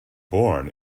born